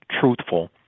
truthful